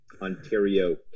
Ontario